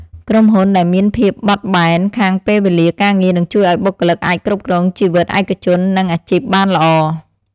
ក្រុមហ៊ុនដែលមានភាពបត់បែនខាងពេលវេលាការងារនឹងជួយឱ្យបុគ្គលិកអាចគ្រប់គ្រងជីវិតឯកជននិងអាជីពបានល្អ។